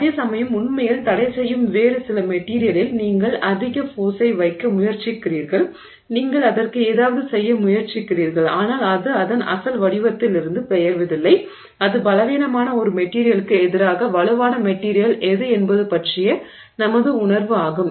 அதேசமயம் உண்மையில் தடை செய்யும் வேறு சில மெட்டிரியலில் நீங்கள் அதிக ஃபோர்ஸை வைக்க முயற்சிக்கிறீர்கள் நீங்கள் அதற்கு ஏதாவது செய்ய முயற்சிக்கிறீர்கள் ஆனால் அது அதன் அசல் வடிவத்திலிருந்து பெயர்வதில்லை அது பலவீனமான ஒரு மெட்டிரியலுக்கு எதிராக வலுவான மெட்டிரியல் எது என்பது பற்றிய நமது உணர்வு ஆகும்